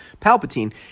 Palpatine